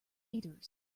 meters